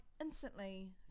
instantly